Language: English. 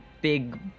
big